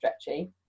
stretchy